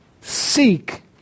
seek